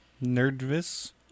Nervous